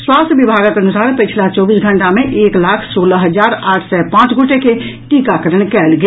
स्वास्थ्य विभागक अनुसार पछिला चौबीस घंटा मे एक लाख सोलह हजार आठ सय पांच गोटे के टीकाकरण कयल गेल